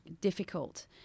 difficult